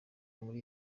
muri